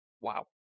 Wow